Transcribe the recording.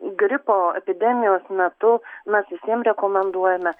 gripo epidemijos metu mes visiem rekomenduojame